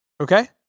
Okay